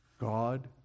God